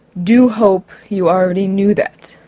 do hope you already knew that.